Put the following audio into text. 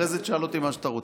אחרי זה שאל אותי מה שאתה רוצה.